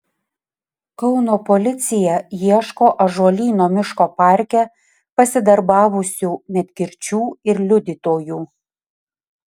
kauno policija ieško ąžuolyno miško parke pasidarbavusių medkirčių ir liudytojų